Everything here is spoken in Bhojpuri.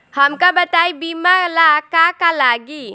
हमका बताई बीमा ला का का लागी?